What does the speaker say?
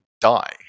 die